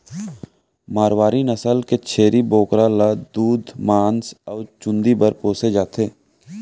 मारवारी नसल के छेरी बोकरा ल दूद, मांस अउ चूंदी बर पोसे जाथे